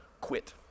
quit